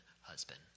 husband